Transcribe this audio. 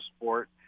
sport